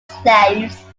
slaves